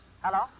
Hello